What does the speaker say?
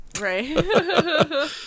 Right